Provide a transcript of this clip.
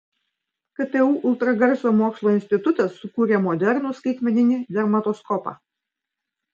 ktu ultragarso mokslo institutas sukūrė modernų skaitmeninį dermatoskopą